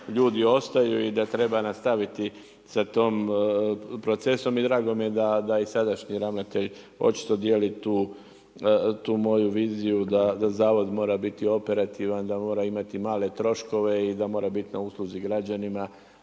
ali ljudi ostaju i da treba nastaviti sa tom procesom i drago mi je da i sadašnji ravnatelj očito dijeli tu moju viziju da zavod mora biti operativan, da mora imati male troškove i da mora biti na usluzi građanima,